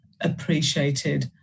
appreciated